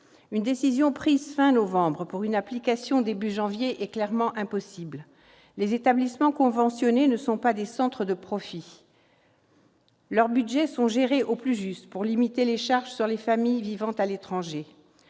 Une décision prise fin novembre pour une application début janvier est clairement impossible. Les établissements conventionnés ne sont pas des centres de profit. Leurs budgets sont gérés au plus juste pour limiter les charges sur les familles vivant à l'étranger.